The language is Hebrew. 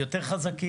אנחנו יותר חזקים,